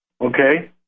Okay